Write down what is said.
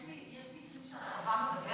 יש מקרים שהצבא מדווח